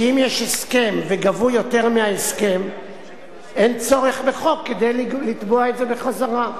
כי אם יש הסכם וגבו יותר מההסכם אין צורך בחוק כדי לתבוע את זה בחזרה.